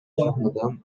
жумадан